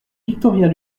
victorin